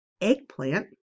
eggplant